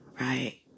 Right